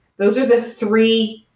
those are the three,